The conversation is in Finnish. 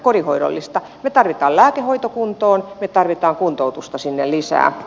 me tarvitsemme lääkehoidon kuntoon me tarvitsemme kuntoutusta sinne lisää